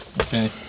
Okay